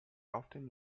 often